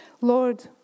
Lord